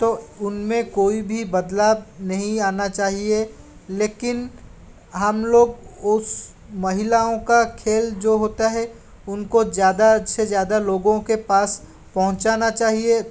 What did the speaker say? तो उनमें कोई भी बदलाव नहीं आना चाहिए लेकिन हम लोग उस महिलाओं का खेल जो होता है उनको ज़्यादा से ज़्यादा लोगों के पास पहुँचाना चाहिए